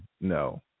No